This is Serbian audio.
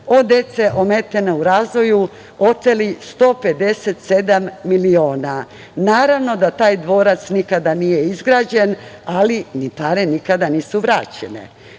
od dece ometene u razvoju oteli 157 miliona. Naravno da taj dvorac nikada nije izgrađen, ali ni pare nikada nisu vraćene.